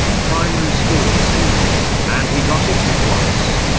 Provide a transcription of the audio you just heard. a primary school student, and he got it at once.